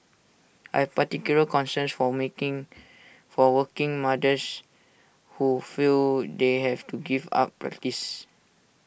I particular concerns for making for working mothers who feel they have to give up practice